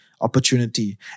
opportunity